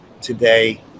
today